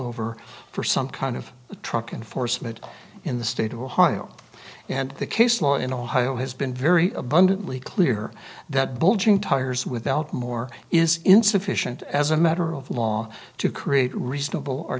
over for some kind of truck and force made in the state of ohio and the case law in ohio has been very abundantly clear that bulging tires without more is insufficient as a matter of law to create reasonable